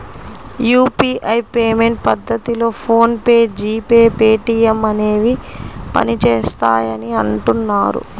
UPI payment పద్ధతిలో PhonePe, G pay, Paytm అనేవి పనిచేస్తాయని అంటున్నారు